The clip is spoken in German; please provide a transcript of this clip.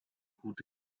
gute